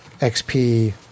XP